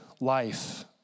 life